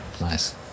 Nice